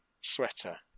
sweater